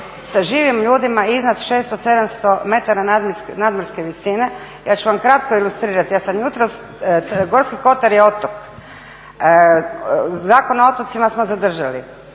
sa živim ljudima iznad 600, 700 metara nadmorske visine. Ja ću vam kratko ilustrirati ja sam jutros, Gorski kotar je otok, a Zakon o otocima smo zadržali.